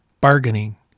bargaining